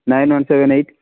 nine one seven eight